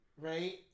right